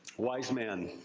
wise man.